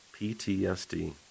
PTSD